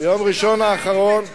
את שרגא ברוש,